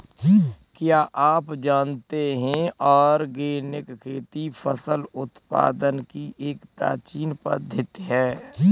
क्या आप जानते है ऑर्गेनिक खेती फसल उत्पादन की एक प्राचीन पद्धति है?